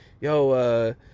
yo